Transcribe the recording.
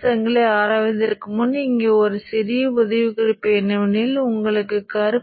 சுமை பிரதிபலித்த பகுதியையும் வரைந்து முதன்மை மாறும் மின்னோட்டம்